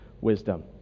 wisdom